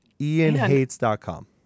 ianhates.com